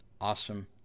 awesome